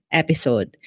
episode